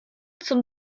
zum